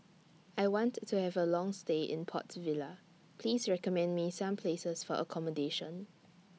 I want to Have A Long stay in Port Vila Please recommend Me Some Places For accommodation